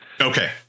Okay